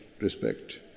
respect